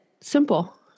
Simple